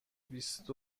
بیست